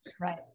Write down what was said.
right